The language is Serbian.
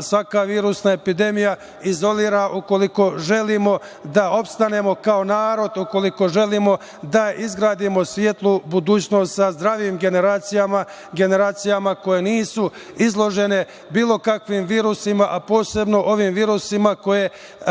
svaka virusna epidemija izolira ukoliko želimo da opstanemo kao narod, ukoliko želimo da izgradimo svetlu budućnost sa zdravim generacijama, generacijama koje nisu izložene bilo kakvim virusima, a posebno ovim virusima koji